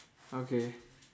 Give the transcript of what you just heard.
okay